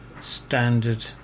standard